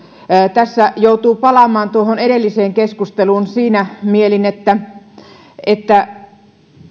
tässä joutuu palaamaan tuohon edelliseen keskusteluun siinä mielin että että